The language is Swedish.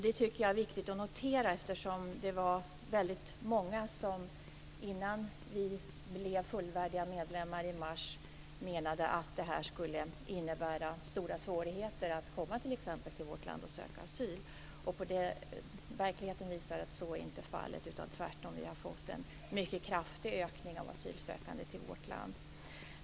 Det tycker jag är viktigt att notera, eftersom det var väldigt många som innan vi blev fullvärdiga medlemmar i mars menade att detta skulle innebära stora svårigheter när det gällde att komma till vårt land och söka asyl. Verkligheten visar att så inte är fallet, utan vi har tvärtom fått en mycket kraftig ökning av asylsökande till vårt land.